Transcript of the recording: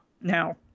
Now